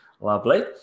Lovely